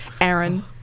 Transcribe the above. Aaron